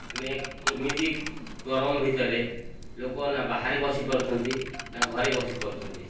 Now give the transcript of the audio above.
ମାନେ ଏମିତି ଗରମ ଭିତରେ ଲୋକ ନା ବାହାରେ ବସିପାରୁଛନ୍ତି ନା ଘରେ ବସି ପାରୁଛନ୍ତି